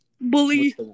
bully